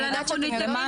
אז, גב'